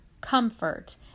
comfort